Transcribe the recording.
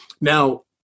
Now